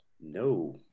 No